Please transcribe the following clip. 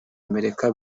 amerika